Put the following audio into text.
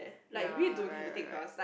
ya right right right